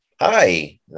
hi